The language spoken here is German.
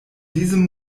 diesem